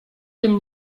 tym